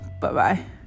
Bye-bye